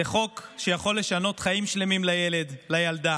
זה חוק שיכול לשנות חיים שלמים לילד, לילדה,